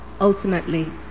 ultimately